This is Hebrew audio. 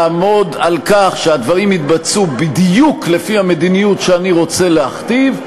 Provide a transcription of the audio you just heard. לעמוד על כך שהדברים יתבצעו בדיוק לפי המדיניות שאני רוצה להכתיב,